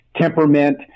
temperament